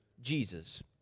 Jesus